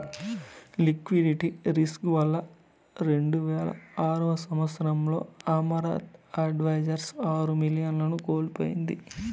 liquidity risk వల్ల రెండువేల ఆరవ సంవచ్చరంలో అమరత్ అడ్వైజర్స్ ఆరు మిలియన్లను కోల్పోయింది